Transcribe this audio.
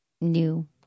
new